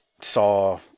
saw